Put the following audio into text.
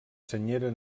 senyera